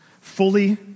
Fully